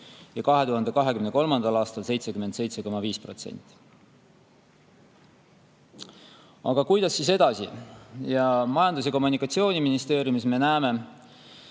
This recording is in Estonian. ja 2023. aastal 77,5%. Aga kuidas siis edasi? Majandus- ja Kommunikatsiooniministeeriumis me näeme,